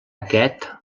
aquest